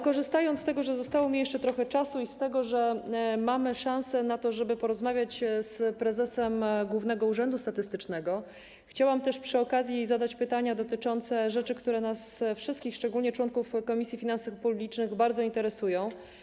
Korzystając z tego, że zostało mi jeszcze trochę czasu i że mamy jeszcze szansę na to, żeby porozmawiać z prezesem Głównego Urzędu Statystycznego, chciałam przy okazji zadać pytania dotyczące rzeczy, które nas wszystkich, szczególnie członków Komisji Finansów Publicznych, bardzo interesują.